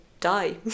die